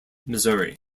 missouri